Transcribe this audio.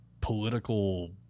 political